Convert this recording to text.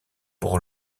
pour